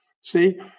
See